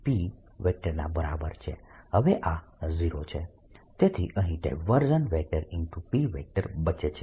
તેથી અહીં P બચે છે